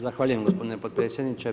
Zahvaljujem gospodine potpredsjedniče.